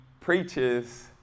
preaches